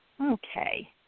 Okay